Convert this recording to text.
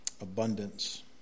Abundance